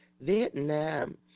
Vietnam